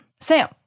Sam